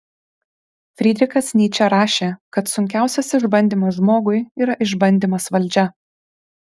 frydrichas nyčė rašė kad sunkiausias išbandymas žmogui yra išbandymas valdžia